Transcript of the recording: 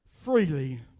freely